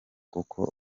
kuko